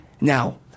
Now